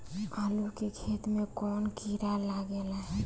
आलू के खेत मे कौन किड़ा लागे ला?